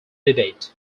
debate